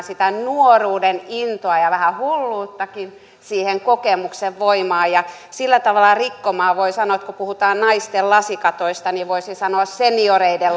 sitä nuoruuden intoa ja vähän hulluuttakin siihen kokemuksen voimaan ja sillä tavalla rikkomaan voisi sanoa kun puhutaan naisten lasikatoista senioreiden